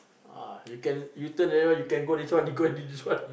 ah you can you turn already you can go this one he go until this one